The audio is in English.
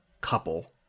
couple